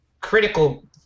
critical